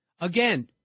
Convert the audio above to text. again